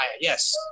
yes